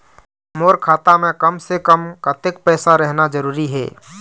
मोर खाता मे कम से से कम कतेक पैसा रहना जरूरी हे?